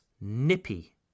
nippy